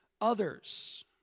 others